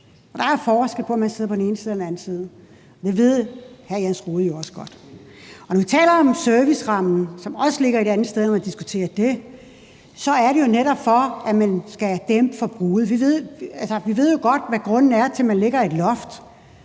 der er forskel på, om man sidder på den ene side eller den anden side. Og det ved hr. Jens Rohde jo også godt. Og når vi taler om servicerammen, som også ligger et andet sted, hvis vi skal diskutere det, er det jo netop, for at man skal dæmpe forbruget. Altså, vi ved jo godt, hvad grunden er til, at man lægger et loft